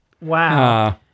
Wow